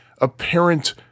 apparent